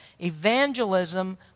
Evangelism